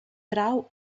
trau